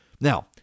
Now